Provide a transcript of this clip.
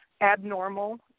abnormal